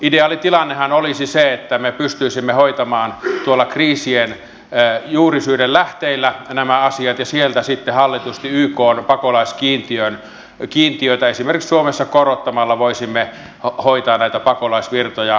ideaalitilannehan olisi se että me pystyisimme hoitamaan kriisien juurisyiden lähteillä nämä asiat ja sieltä sitten hallitusti ykn pakolaiskiintiötä esimerkiksi suomessa korottamalla voisimme hoitaa näitä pakolaisvirtoja